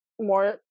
more